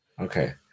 okay